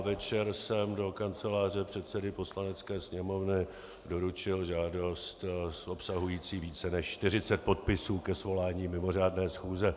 Večer jsem do kanceláře předsedy Poslanecké sněmovny doručil žádost obsahující více než čtyřicet podpisů ke svolání mimořádné schůze.